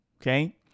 okay